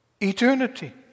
Eternity